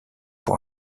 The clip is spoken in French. pour